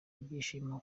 ibyishimo